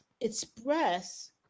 express